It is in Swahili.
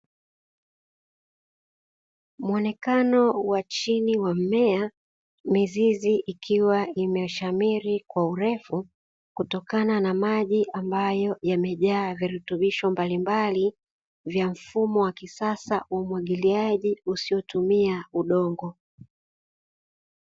Muonekano wa chini wa mmea mizizi ikiwa imeshamiri kwa urefu kutokana na maji ambayo yamejaa virutubisho mbalimbali vya mfumo wa kisasa wa umwagiliaji usiotumia udongo.